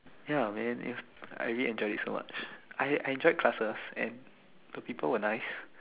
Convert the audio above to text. ya man if I really enjoyed it so much I I enjoyed classes and the people were nice